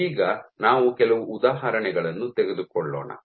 ಈಗ ನಾವು ಕೆಲವು ಉದಾಹರಣೆಗಳನ್ನು ತೆಗೆದುಕೊಳ್ಳೋಣ